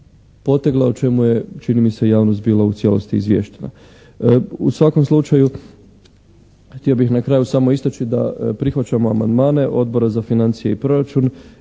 o čemu je čini mi se javnost bila u cijelosti izvještena. U svakom slučaju htio bih na kraju samo istaći da prihvaćamo amandmane Odbora za financije i proračuna